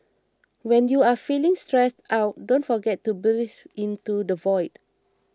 when you are feeling stressed out don't forget to breathe into the void